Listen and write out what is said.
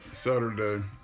Saturday